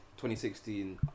2016